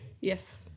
Yes